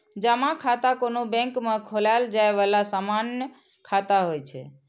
जमा खाता कोनो बैंक मे खोलाएल जाए बला सामान्य खाता होइ छै